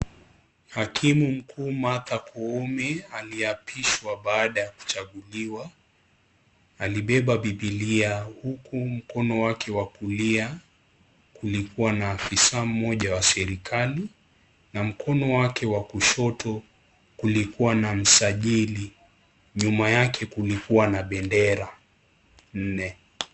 Hakimu mkuu Martha Koome aliapishwa baada ya kuchaguliwa alibeba bibilia huku mkono wake wa kulia kulikuwa na afisa mmoja wa serikali na mkono wake wa kushoto kulikuwa na msajili nyuma yake kulikuwa na bendera nne.